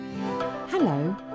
Hello